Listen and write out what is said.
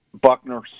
Buckner